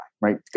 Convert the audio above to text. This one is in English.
right